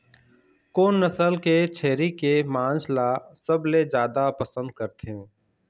कोन नसल के छेरी के मांस ला सबले जादा पसंद करथे?